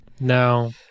No